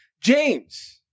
James